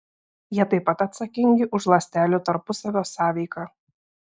jie taip pat atsakingi už ląstelių tarpusavio sąveiką